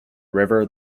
river